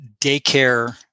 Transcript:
daycare